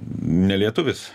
ne lietuvis